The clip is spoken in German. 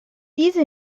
diese